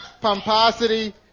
pomposity